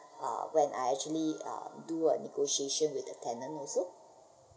uh when I actually um do the negotiation with the tenant also